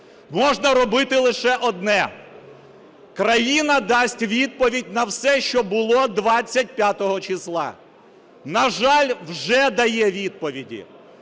можна робити лише одне: країна дасть відповідь на все, що було, 25 числа. На жаль, вже дає відповіді.